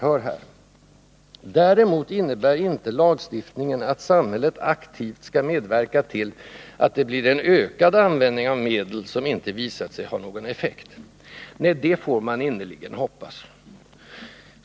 Hör här: ”Däremot innebär inte lagstiftningen att samhället aktivt skall medverka till att det blir en ökad användning av medel, som inte visats ha någon effekt.” Nej, det får man innerligt hoppas!